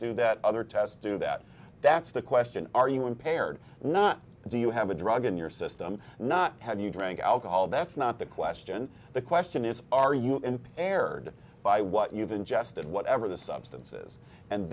do that other tests do that that's the question are you impaired not do you have a drug in your system not how do you drink alcohol that's not the question the question is are you impaired by what you've ingested whatever the substances and